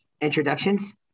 introductions